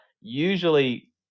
usually